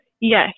Yes